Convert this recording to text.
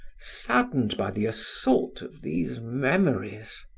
saddened by the assault of these memories.